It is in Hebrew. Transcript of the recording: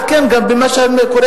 אני לא יכול להגיד שהוא מתנגד למליאה.